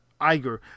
Iger